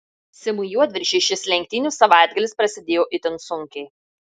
simui juodviršiui šis lenktynių savaitgalis prasidėjo itin sunkiai